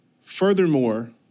Furthermore